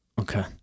Okay